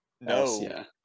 No